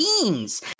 beings